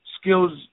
skills